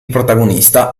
protagonista